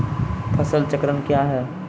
फसल चक्रण कया हैं?